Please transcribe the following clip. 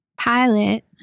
Pilot